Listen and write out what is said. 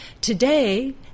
Today